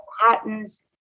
patents